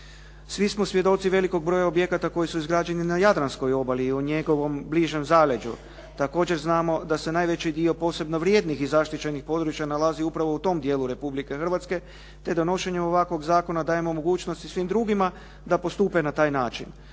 Svi smo svjedoci velikog broja objekata koji su izgrađeni na jadranskoj obali i u njegovom bližem zaleđu. Također znamo da se najveći dio posebno vrijednih i zaštićenih područja nalazi upravo u tom dijelu Republike Hrvatske, te donošenje ovakvog zakona dajemo mogućnosti i svim drugima da postupe na taj način.